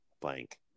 blank